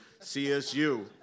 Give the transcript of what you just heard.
CSU